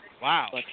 Wow